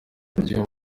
ry’uyu